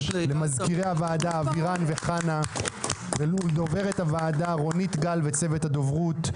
למזכירי הועדה אבירן וחנה ולדוברת הוועדה רונית גל וצוות הדוברות,